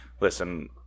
listen